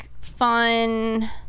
fun